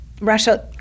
Russia